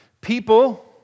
people